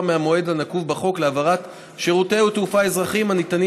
מהמועד הנקוב בחוק להעברת שירותי התעופה האזרחיים הניתנים